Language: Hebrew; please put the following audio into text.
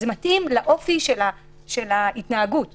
לעומת זאת,